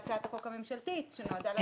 החוק הממשלתית.